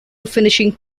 finishing